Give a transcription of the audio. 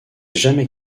jamais